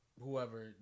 whoever